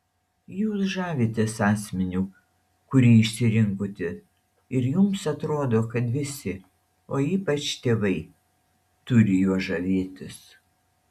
jūs žavitės asmeniu kurį išsirinkote ir jums atrodo kad visi o ypač tėvai turi juo žavėtis